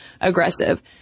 aggressive